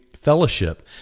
fellowship